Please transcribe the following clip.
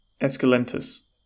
escalentus